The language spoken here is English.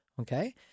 okay